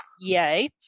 yay